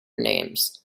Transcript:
names